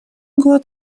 год